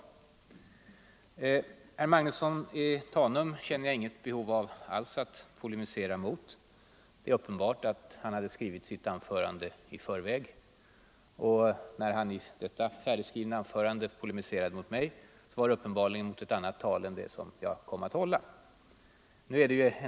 Mot herr Magnusson i Tanum känner jag inte alls något behov att polemisera. Det är uppenbart att han hade skrivit sitt anförande i förväg. När han i detta färdigskrivna anförande polemiserade mot mig var det uppenbarligen mot ett annat tal än det som jag höll.